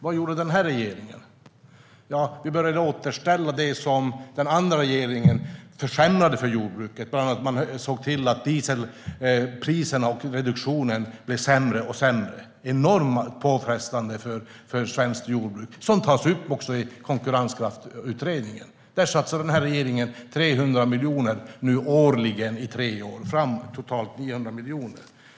Vad har den här regeringen gjort? Vi började återställa det som den tidigare regeringen försämrade för jordbruket. Bland annat försämrade den tidigare regeringen mer och mer när det gällde dieselpriserna och reduktionen. Det var enormt påfrestande för svenskt jordbruk. Detta tas också upp i Konkurrenskraftsutredningen. I fråga om detta satsar den här regeringen 300 miljoner årligen i tre år - totalt 900 miljoner.